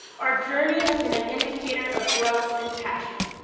our journey has been an indicator of growth and passion.